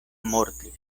mortis